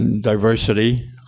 diversity